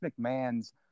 McMahon's